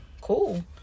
Cool